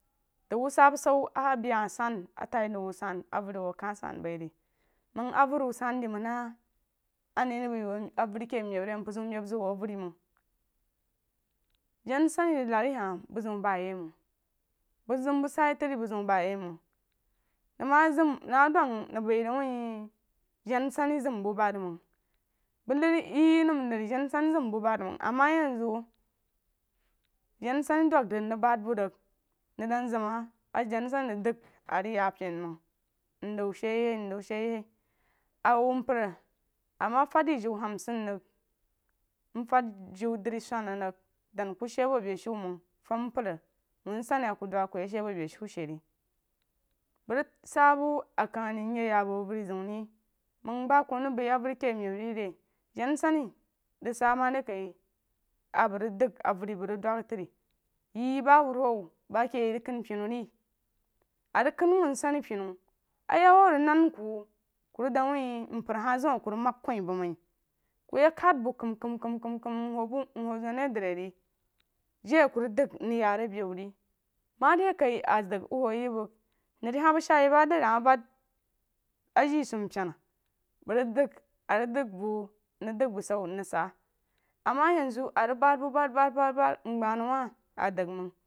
Dəng wu sah bushu mei hah san a tai nau woi san avər kah san bai ri məng avəri wu san dí məng ng a ni ng bəi wu avəri ke meb ri mpər zeun mek zəng wu avəri məng janunshni rig lari ye hah bu zeun ba ye məng bəng zam bu sah fri bu zeun ba ye məng nəng zam nəng dau nəng bəi rig wu jananshan zam bubari məng bəng nari ye leri ye nəm danansham ana yen zu jana nshan dəng rig mrig bad bu ríg bəng nən zam a jana nshan rig dəung rig ya beipena məng mzu shi yi mzu shi yi a wu mpər ama fad di ju hamsan ris mfad jiu dri swana rig dan ku shíí abu bei shu məng fam mpər wuu mshan a ku yi shii bu be shu shíí rí bəng sa bu a kəng ri myi ya abu avəri zeun ri məng ba kuh rig boi avəri ke meb re ri jana mshan rig sah mari kah a bəng rig dəng avəri məng rig dən tri ye ba wuruwu ba ke ye rig kan penu re a rig kan wuu anshan pena aíí awuh rig nən ku rig dəng wuh mpər hah zam a ku rig bəng kui məng mai ku yak kad bu kam kam kam kam mwu bu mwuh zan ri dri re jai ku rig dəng mwu ya ri be wu ri ma de kah a dəng wu yi bəng lari məng shaa yi ba nari hah ban aje sumpyuna bəng rig dənga rig dəng bu mrig dəng bushu mrig sah ama yenzu a rig badbu bad bad bas mgbah nau wa a dəng məng.